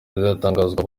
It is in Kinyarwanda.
bizatangazwa